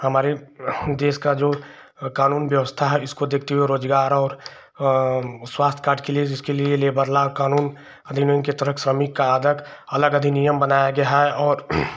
हमारे देश की जो कानून व्यवस्था है उसको देखते हुए रोज़गार और स्वास्थ्य कार्ड के लिए जिसके लिए लेबर लॉ कानून अधिनियम के तहत श्रमिक का आदक अलग अधिनियम बनाया गया है और